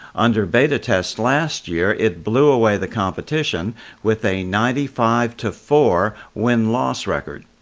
under beta test last year, it blew away the competition with a ninety five to four win-loss record.